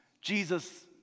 Jesus